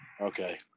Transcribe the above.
Okay